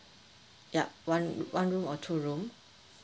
yup one one room or two room